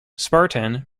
spartan